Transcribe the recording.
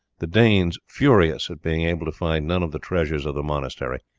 the danes, furious at being able to find none of the treasures of the monastery,